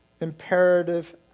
imperative